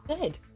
good